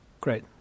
Great